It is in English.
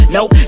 Nope